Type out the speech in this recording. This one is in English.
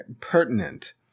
pertinent